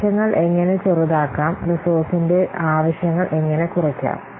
ആവശ്യങ്ങൾ എങ്ങനെ ചെറുതാക്കാം റിസോഴ്സസിന്റെ ആവശ്യങ്ങൾ എങ്ങനെ കുറയ്ക്കാം